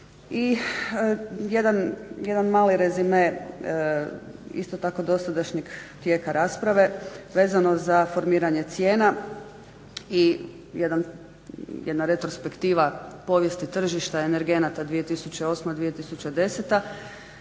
I jedan mali rezime isto tako dosadašnjeg tijeka rasprave vezano za formiranje cijena i jedna retrospektiva povijesti tržišta energenata 2008.-2010.